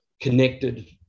connected